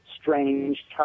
strange